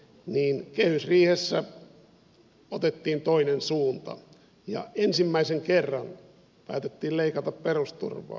mutta kehysriihessä otettiin toinen suunta ja ensimmäisen kerran päätettiin leikata perusturvaa